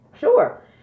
sure